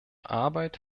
arbeit